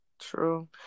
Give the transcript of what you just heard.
true